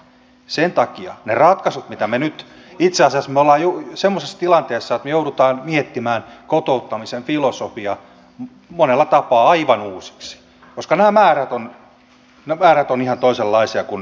sen takia niiden ratkaisujen osalta mitä me nyt teemme itse asiassa me olemme semmoisessa tilanteessa että me joudumme miettimään kotouttamisen filosofiaa monella tapaa aivan uusiksi koska nämä määrät ovat ihan toisenlaisia kuin mihin me olemme tottuneet